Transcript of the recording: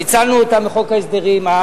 פיצלנו אותם מחוק ההסדרים,